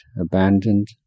abandoned